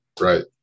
right